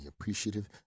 appreciative